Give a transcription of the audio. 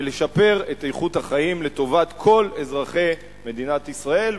ולשפר את איכות החיים לטובת כל אזרחי מדינת ישראל.